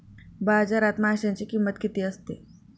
बाजारात माशांची किंमत किती असते?